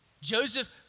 Joseph